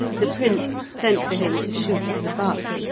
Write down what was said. the prince sent for him to shoot at the butt,